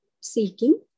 seeking